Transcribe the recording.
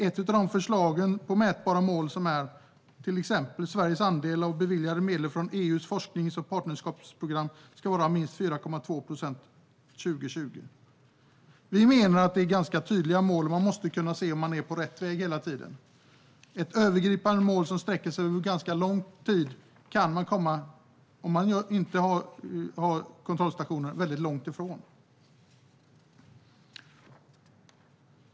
Ett av förslagen på mätbara mål är att Sveriges andel av beviljade medel från EU:s forsknings och partnerskapsprogram ska vara minst 4,2 procent 2020. Vi menar att det är ganska tydliga mål. Man måste hela tiden kunna se om man är på rätt väg. Ett övergripande mål som sträcker sig över ganska lång tid kan nås om man inte har kontrollstationer väldigt långt ifrån.